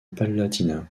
palatinat